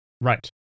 Right